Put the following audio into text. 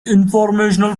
informational